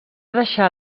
deixar